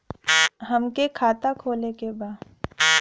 हमके खाता खोले के बा?